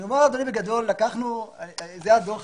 אדוני, זה הדוח